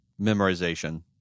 memorization